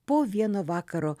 po vieno vakaro